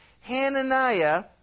Hananiah